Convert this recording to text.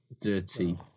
Dirty